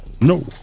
No